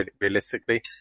realistically